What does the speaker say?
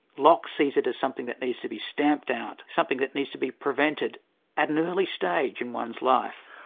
locke sees it as something that needs to be stamped out, something that needs to be prevented at an early stage in one's life.